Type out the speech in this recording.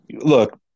Look